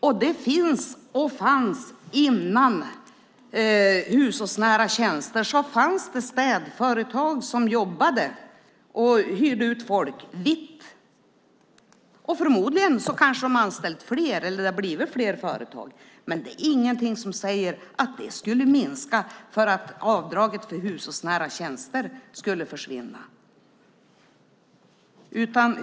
Detta finns - och fanns även innan avdraget för hushållsnära tjänster infördes. Det fanns städföretag som jobbade och hyrde ut folk vitt. Förmodligen har de anställt fler. Det kan också ha blivit fler företag. Men det är ingenting som säger att detta skulle minska om avdraget för hushållsnära tjänster skulle försvinna.